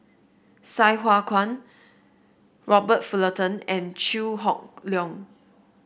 Sai Hua Kuan Robert Fullerton and Chew Hock Leong